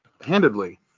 handedly